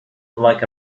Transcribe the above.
like